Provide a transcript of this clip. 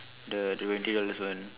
the the twenty dollars one